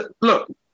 look